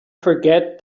forget